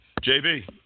JB